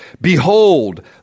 Behold